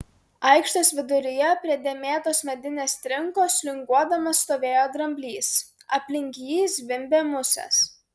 aikštės viduryje prie dėmėtos medinės trinkos linguodamas stovėjo dramblys aplink jį zvimbė musės